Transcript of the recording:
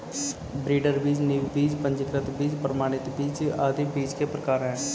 breeder बीज, नींव बीज, पंजीकृत बीज, प्रमाणित बीज आदि बीज के प्रकार है